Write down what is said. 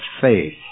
faith